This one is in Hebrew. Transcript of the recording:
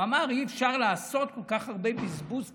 הוא אמר: אי-אפשר לעשות כל כך הרבה בזבוז כספים,